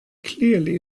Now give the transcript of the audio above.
clearly